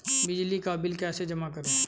बिजली का बिल कैसे जमा करें?